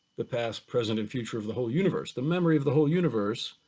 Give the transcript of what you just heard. the past, present, and future, of the whole universe, the memory of the whole universe,